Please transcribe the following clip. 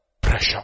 Pressure